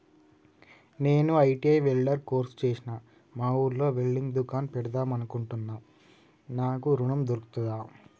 నేను ITI welder course చేశ్న మా ఊర్లో వెల్డింగ్ దుకాన్ పెడదాం అనుకుంటున్నా నాకు ఋణం దొర్కుతదా?